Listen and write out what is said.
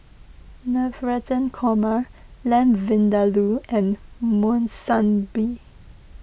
Navratan Korma Lamb Vindaloo and Monsunabe